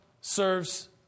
serves